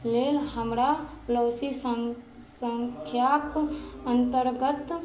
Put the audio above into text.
लेल हमरा पॉलिसी सँ सँख्याके अन्तर्गत